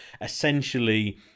essentially